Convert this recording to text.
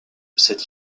cette